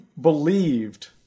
believed